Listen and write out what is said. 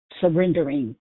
surrendering